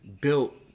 built